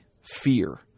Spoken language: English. fear